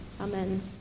Amen